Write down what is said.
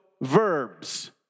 verbs